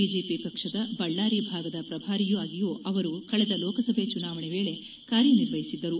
BJP ಪಕ್ಷದ ಬಳ್ಳಾರಿ ಭಾಗದ ಪ್ರಭಾರಿಯಾಗಿಯೂ ಅವರು ಕಳೆದ ಲೋಕಸಭೆ ಚುನಾವಣೆ ವೇಳೆ ಕಾರ್ಯನಿವರ್ಹಿಸಿದ್ದರು